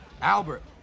Albert